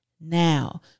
Now